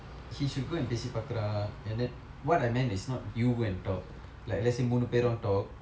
he should go and பேசி பார்க்கிறான்:paesi paarkkiraan and then what I meant is not you go and talk like let's say மூன்று பேரும்:mundru paerum talk